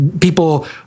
people